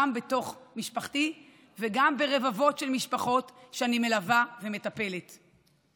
גם בתוך משפחתי וגם ברבבות של משפחות שאני מלווה ומטפלת בהן.